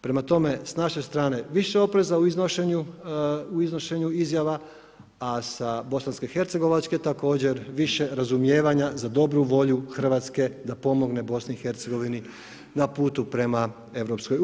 Prema tome, s naše strane više opreza u iznošenju izjava, a sa bosanskohercegovačke također više razumijevanja za dobru volju Hrvatske da pomogne BiH na putu prema EU.